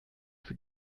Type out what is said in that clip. für